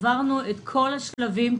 עברנו את כל השלבים,